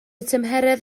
tymheredd